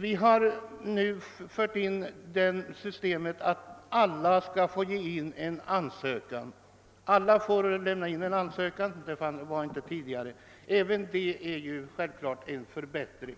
Vi har nu infört det systemet att alla får lämna in ansökan, vilket de inte tidigare skulle göra. Även det är naturligtvis en förbättring.